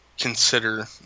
consider